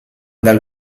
dal